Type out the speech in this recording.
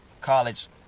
college